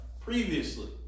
previously